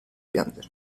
piangere